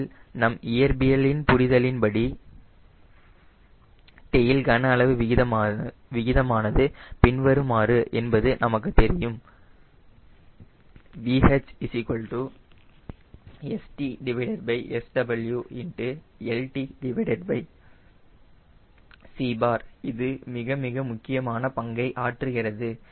அதில் நம் இயற்பியலின் புரிதலின்படி டெயில் கன அளவு விகிதமானது பின்வருமாறு என்பது நமக்குத் தெரியும் VH StSWltc இது மிக மிக முக்கியமான பங்கை ஆற்றுகிறது